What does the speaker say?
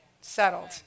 Settled